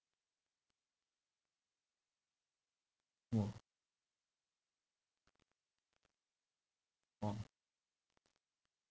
!wah! !wah!